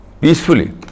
peacefully